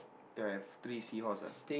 I have three seahorse ah